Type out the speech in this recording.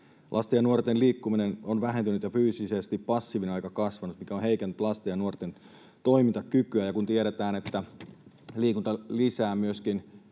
Lasten ja nuorten liikkuminen on vähentynyt ja fyysisesti passiivinen aika kasvanut, mikä on heikentänyt lasten ja nuorten toimintakykyä, ja kun tiedetään, että liikunta myöskin